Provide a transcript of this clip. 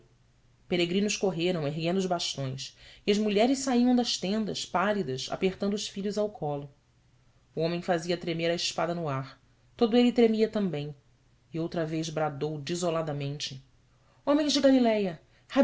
peregrinos correram erguendo os bastões e as mulheres saiam das tendas pálidas apertando os filhos ao colo o homem fazia tremer a espada no ar todo ele tremia também e outra vez bradou desoladamente homens de galiléia